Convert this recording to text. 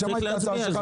שמעתי את ההצעה שלך.